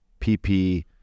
PP